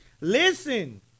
Listen